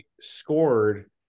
scored